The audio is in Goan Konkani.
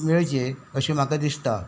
मेळचे अशें म्हाका दिसता